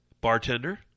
Bartender